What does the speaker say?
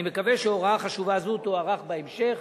אני מקווה שהוראה חשובה זו תוארך בהמשך,